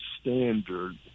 standard